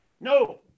no